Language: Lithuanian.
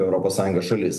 europos sąjungos šalis